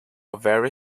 very